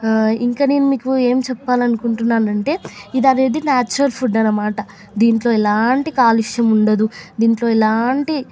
ఇంక నేను మీకు ఏం చెప్పాలనుకుంటున్నానంటే ఇది అనేదినాచురల్ ఫుడ్ అన్నమాట దీంట్లో ఎలాంటి కాలుష్యం ఉండదు దీంట్లో ఎలాంటి